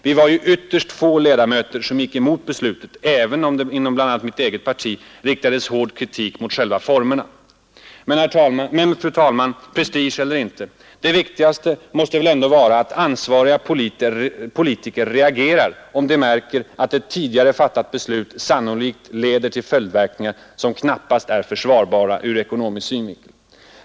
Vi var ju ytterst få ledamöter som gick emot beslutet, även om det inom bl.a. mitt eget parti riktades hård kritik mot själva formerna för beslutet. Men, fru talman, prestige eller inte — det viktigaste måste väl ändå vara att ansvariga politiker reagerar om de märker att ett tidigare fattat beslut sannolikt leder till följdverkningar som knappast är försvarbara ur ekonomisk synvinkel.